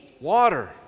water